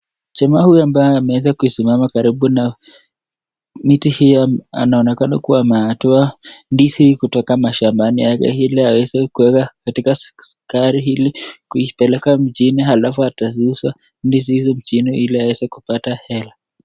Jamaa huyu ambaye amweza kusimama karibu na miti hiyo, anaonekana kuwa ametoa ndizi kutoka mashambani, ili aweze kueka katika gari hili kuipeleka mjini, alafu atauza ndizi hizi mjini ili aweze kupata hela.